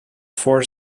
four